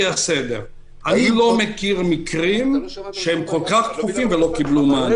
אני לא מכיר מקרים שהם דחופים מאוד ולא קיבלו מענה.